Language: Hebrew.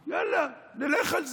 יאללה, נלך על זה.